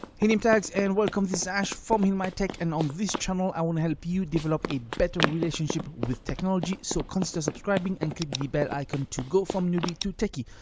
hey nametags and this is ash from healmytech and on this channel i want to help you develop a better relationship with technology so consider subscribing and click the bell icon to go from newbie to techie.